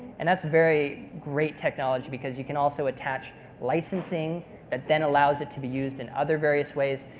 and that's very great technology because you can also attach licensing that then allows it to be used in other various ways.